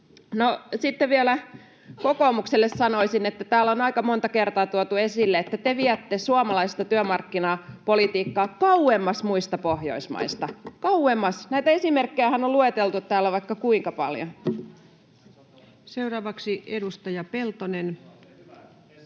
Sitten vielä kokoomukselle sanoisin, että täällä on aika monta kertaa tuotu esille, että te viette suomalaista työmarkkinapolitiikkaa kauemmas muista Pohjoismaista — kauemmas. Näitä esimerkkejähän on lueteltu täällä vaikka kuinka paljon. [Speech 114] Speaker: